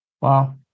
wow